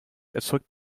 erzeugt